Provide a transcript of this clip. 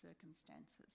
circumstances